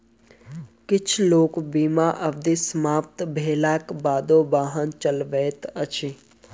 किछ लोक बीमा अवधि समाप्त भेलाक बादो वाहन चलबैत अछि